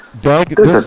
Doug